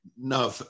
no